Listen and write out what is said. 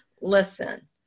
Listen